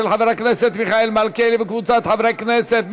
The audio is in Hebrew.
של חבר הכנסת מיכאל מלכיאלי וקבוצת חברי הכנסת.